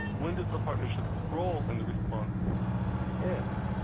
when does the partnership's role in the response end?